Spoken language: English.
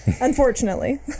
unfortunately